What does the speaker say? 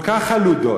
כל כך חלודות,